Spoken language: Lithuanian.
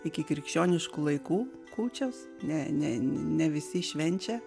ikikrikščioniškų laikų kūčios ne ne ne visi švenčia